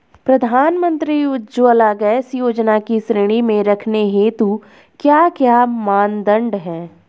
प्रधानमंत्री उज्जवला गैस योजना की श्रेणी में रखने हेतु क्या क्या मानदंड है?